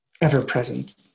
ever-present